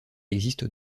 existe